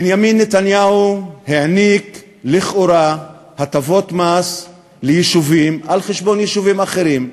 בנימין נתניהו העניק לכאורה הטבות מס ליישובים על חשבון יישובים אחרים.